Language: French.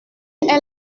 est